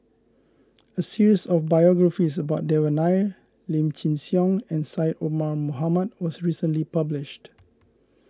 a series of biographies about Devan Nair Lim Chin Siong and Syed Omar Mohamed was recently published